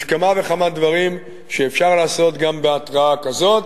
יש כמה וכמה דברים שאפשר לעשות גם בהתרעה קצרה כזאת.